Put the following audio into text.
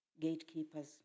gatekeepers